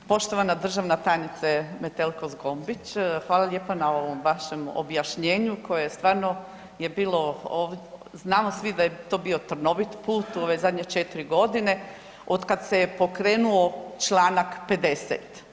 Poštovana državna tajnice Metelko-Zgombić, hvala lijepo na ovom vašem objašnjenju koje stvarno je bilo, znamo svi da je bio trnovit put u ove zadnje 4 godine otkad se je pokrenuo čl. 50.